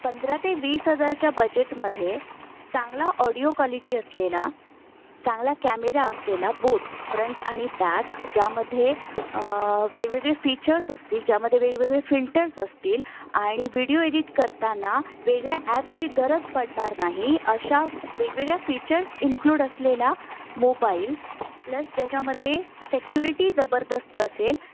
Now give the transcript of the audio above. पंधरा ते वीस हजाराच्या बजेटमध्ये चांगला ऑडिओ क्वालिटी असलेला चांगला कॅमेरा असलेला बोत फ्रंट आणि बॅक ज्यामध्ये वेगवेगळे फीचर्स असतील ज्यामध्ये वेगवेगळे फिल्टर्स असतील आणि व्हिडिओ एडिट करताना वेगळ्या ॲपची गरज पडणार नाही अशा वेगवेगळ्या फीचर्स इनक्लूड असलेला मोबाईल प्लस ज्याच्यामध्ये सेक्युरिटी जबरदस्त असेल